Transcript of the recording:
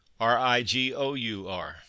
R-I-G-O-U-R